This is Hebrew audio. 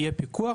יהיה פיקוח,